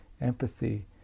empathy